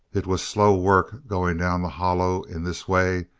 it was slow work going down the hollow in this way,